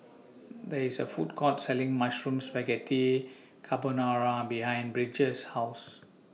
There IS A Food Court Selling Mushroom Spaghetti Carbonara behind Bridger's House